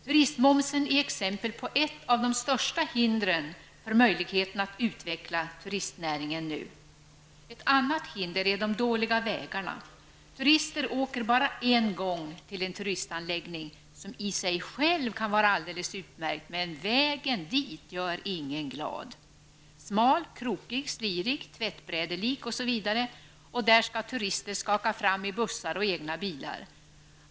Turistmomsen är ett av de största hindren för möjligheten att utveckla turistnäringen. Ett annat hinder är de dåliga vägarna. Turister åker bara en gång till en turistanläggning, som i sig själv kan vara alldeles utmärkt, om vägen dit är sådan att den inte gör någon glad -- smal, krokig, slirig, tvättbrädeslik osv., en väg där turisterna skall skaka fram i bussar eller egna bilar.